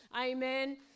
Amen